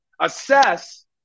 assess